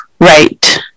right